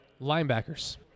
Linebackers